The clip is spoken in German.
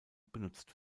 benutzt